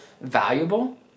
valuable